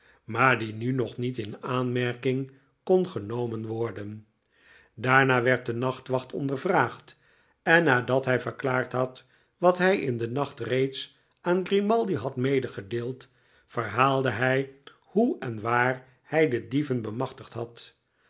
maar die nu nog niet in aanmerking kon genomen worden daarna werd de nachtwacht ondervraagd en nadat hij verklaard had wat hij in den nacht reeds aan grimaldi had medegedeeld verhaalde hij hoe en waar hij de dieven bemachtigd had